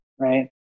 right